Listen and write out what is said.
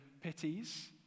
pities